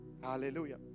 Hallelujah